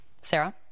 Sarah